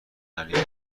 علی